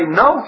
no